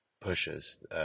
pushes